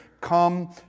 come